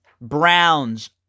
Browns